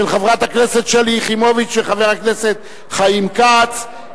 של חברת הכנסת שלי יחימוביץ וחבר הכנסת חיים כץ.